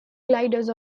gliders